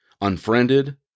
unfriended